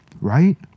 right